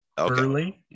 early